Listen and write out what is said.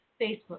Facebook